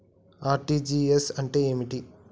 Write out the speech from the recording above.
RTGS అంటే ఏమిటి?